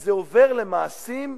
וכשזה עובר למעשים,